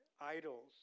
idols